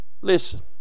Listen